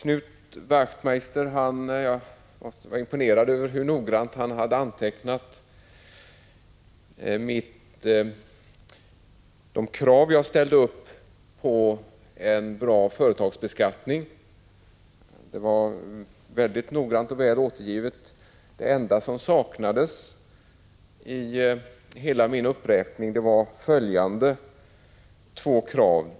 Jag blev imponerad över hur noggrant Knut Wachtmeister hade antecknat de krav som jag ställer på en bra företagsbeskattning. Det var mycket väl återgivet. Det enda som saknades av det som fanns i min uppräkning var följande två saker: 1.